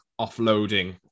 offloading